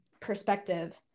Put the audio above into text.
perspective